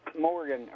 Morgan